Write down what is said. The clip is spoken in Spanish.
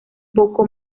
poco